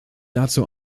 dazu